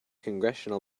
congressional